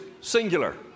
singular